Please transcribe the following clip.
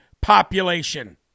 population